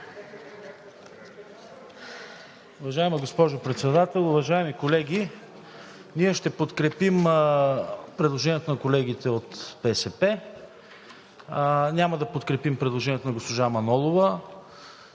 Уважаема госпожо Председател, уважаеми колеги! Ние ще подкрепим предложението на колегите от БСП, а няма да подкрепим предложението на госпожа Манолова,